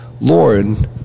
Lauren